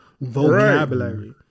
vocabulary